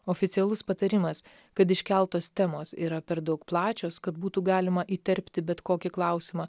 oficialus patarimas kad iškeltos temos yra per daug plačios kad būtų galima įterpti bet kokį klausimą